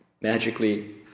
magically